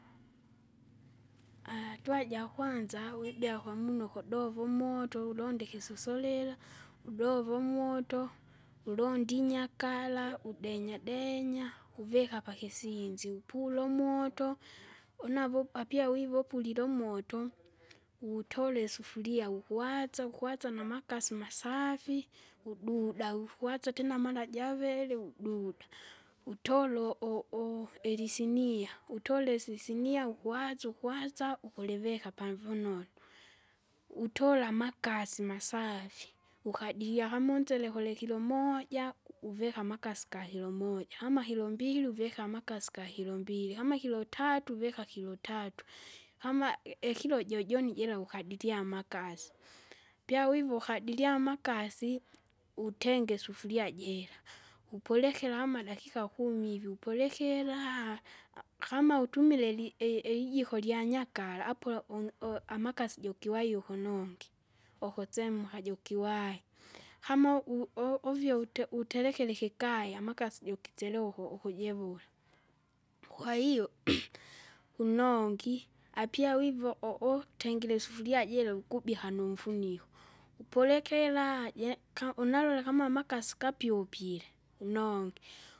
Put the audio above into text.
atua jakwanza wibea kwamunu ukudova umoto ulonda ikisusulila, udwove umoto, ulonde inyakara udenya denya uvika pakisinzi upula umoto unavo apia wiva upulile umoto. utola isufuria ukuwaza ukuwaza namakasi masaafi, ududa ufuasa tena mara javiri, ududa, utolo u- u- ilisinia. Utole isisinia ukuwaza ukuwaza, ukulivika pavunonu, utola amakasi masaafi, ukadilia kama unsele gulikilo moja, uvika amakasi gakilomoja, kama kilombili uvika amakasi gakilo mbili, kama kilo tatu uvika kilo tatu, kama i- ikilo jojoni jira ukadiria amakasi. Pyawiva ukadiria amakasi, utenge isufuria jira, upuleke kaama dakika ivi upulekera, kma utumila eli- i- ijiko lyanyakara, apo ulo- u- u- amakasi jukiwai ukunungi. Ukusemka jukiwai, kama u- o- ovia ute- uterekere ikigaya amakasi jukitselewa uku- ukujivula, kwahiyo unongi, apia wivo u- utengire isufuria jira ukubyeka numfuniko. upulekera jina- ka unanolola kama amakasi gapyupile unonge.